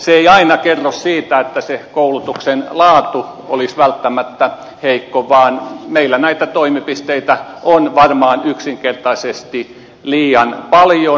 se ei aina kerro siitä että se koulutuksen laatu olisi välttämättä heikko vaan meillä näitä toimipisteitä on varmaan yksinkertaisesti liian paljon